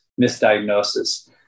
misdiagnosis